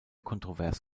kontrovers